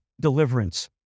deliverance